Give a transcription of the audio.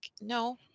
no